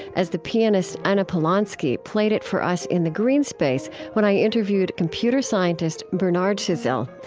as the pianist anna polonsky played it for us in the greene space when i interviewed computer scientist bernard chazelle.